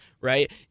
right